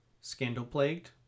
scandal-plagued